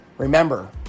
Remember